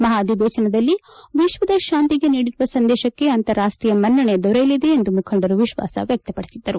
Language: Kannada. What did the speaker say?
ಮಹಾ ಅಧಿವೇಶನದಲ್ಲಿ ವಿಶ್ವದ ಶಾಂತಿಗೆ ನೀಡಿರುವ ಸಂದೇಶಕ್ಕೆ ಅಂತಾರಾಷ್ಟೀಯ ಮನ್ನಣೆ ದೊರೆಯಲಿದೆ ಎಂದು ಮುಖಂಡರು ವಿಶ್ವಾಸ ವ್ಯಕ್ತಪಡಿಸಿದ್ದರು